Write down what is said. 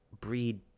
breed